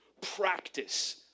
practice